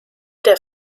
der